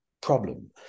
problem